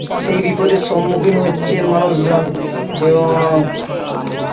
সেই বিপদের সম্মুখীন হচ্ছেন মানুষজন এবং